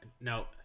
No